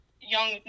young